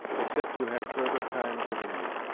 except you have further time given you.